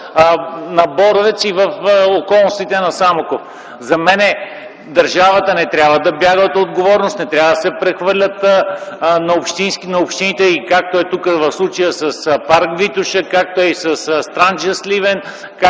на Боровец и в околностите на Самоков. За мен държавата не трябва да бяга от отговорност, не трябва да се прехвърлят на общините и както е тук в случая с парк „Витоша”, както е със „Странджа”, Сливен,